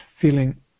feeling